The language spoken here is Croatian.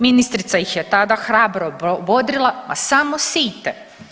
Ministrica ih je tada hrabro bodrila a samo sijte.